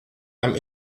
einem